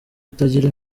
utagira